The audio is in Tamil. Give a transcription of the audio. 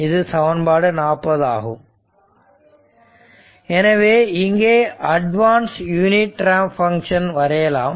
இது சமன்பாடு 40 ஆகும் எனவே இங்கே அட்வான்ஸ் யூனிட் ரேம்ப் பங்க்ஷன் வரையலாம்